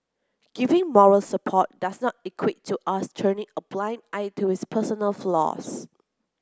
giving moral support does not equate to us turning a blind eye to his personal flaws